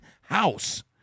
house